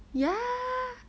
ya